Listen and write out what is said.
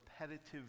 repetitive